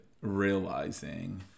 realizing